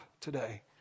today